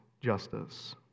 justice